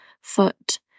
foot